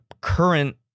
current